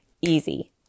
Easy